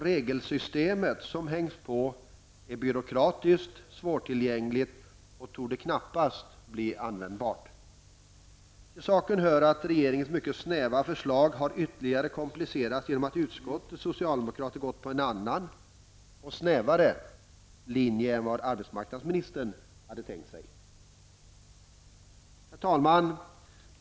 Regelsystemet som hängs på är byråkratiskt, svårtillgängligt och torde knappast bli användbart. Till saken hör att regeringens mycket snäva förslag har ytterligare komplicerats genom att utskottets socialdemokrater går på en annan -- och snävare -- linje än vad arbetsmarknadsministern har tänkt sig. Herr talman!